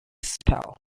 spell